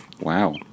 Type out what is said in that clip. Wow